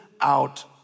out